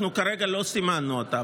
אנחנו כרגע לא סימנו אותה,